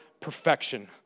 perfection